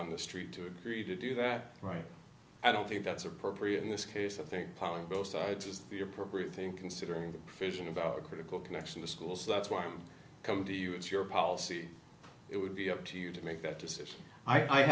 on the street to agree to do that right i don't think that's appropriate in this case i think piling both sides is the appropriate thing considering the fishing about a critical connection to school so that's why i'm coming to you it's your policy it would be up to you to make that decision i